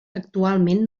actualment